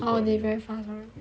orh they very fast [one] right